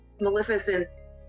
maleficent's